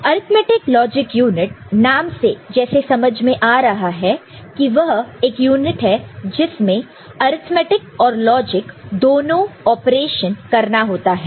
arithmetic logic unit नाम से जैसे समझ में आ रहा है कि वह एक यूनिट है जिसमें अर्थमैटिक और लॉजिक दोनों ऑपरेशन करना होता हैं